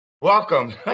Welcome